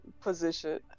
position